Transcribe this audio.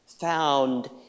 found